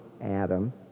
Adam